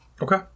Okay